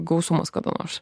gausumas kada nors